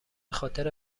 خاطر